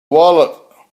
wallet